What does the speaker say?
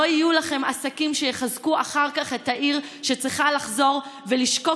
לא יהיו לכם עסקים שיחזקו אחר כך את העיר שצריכה לחזור ולשקוק